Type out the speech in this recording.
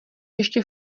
ještě